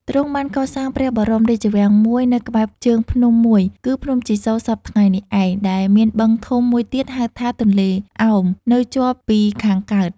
ទ្រង់បានកសាងព្រះបរមរាជវាំងមួយនៅក្បែរជើងភ្នំមួយគឺភ្នំជីសូរសព្វថ្ងៃនេះឯង ដែលមានបឹងធំមួយទៀត ហៅថា ទន្លេឱម នៅជាប់ពីខាងកើត ។